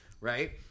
right